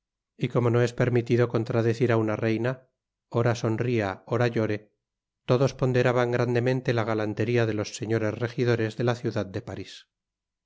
baile ycomo no es permitido contradecirá una reina ora sonria ora llore todos ponderaban grandemente la galanteria de los señores rejidores de la ciudad de paris